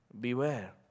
beware